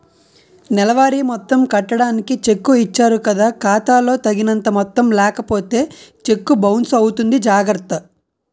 నెలవారీ మొత్తం కట్టడానికి చెక్కు ఇచ్చారు కదా ఖాతా లో తగినంత మొత్తం లేకపోతే చెక్కు బౌన్సు అవుతుంది జాగర్త